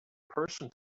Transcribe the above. person